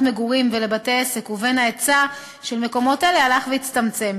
מגורים ולבתי-עסק ובין ההיצע של מקומות אלה הלך והצטמצם.